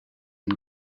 and